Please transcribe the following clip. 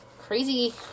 crazy